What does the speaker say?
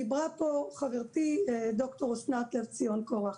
דיברה פה חברתי ד"ר אסנת לבציון קורח,